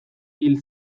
hil